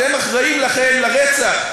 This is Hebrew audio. לכן אתם אחראים לרצח,